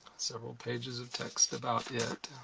several pages of text about yeah it,